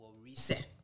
reset